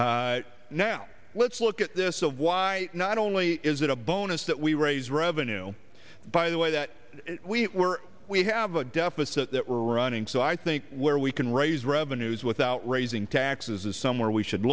now let's look at this of why not only is it a bonus that we raise revenue by the way that we were we have a deficit that we're running so i think where we can raise revenues without raising taxes is some where we should